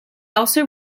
also